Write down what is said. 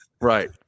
Right